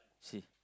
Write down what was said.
see